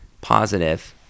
positive